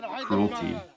cruelty